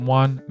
one